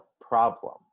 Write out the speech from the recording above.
problem